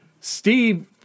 Steve